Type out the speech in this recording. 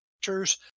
pictures